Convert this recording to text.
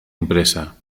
impresa